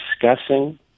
discussing